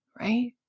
Right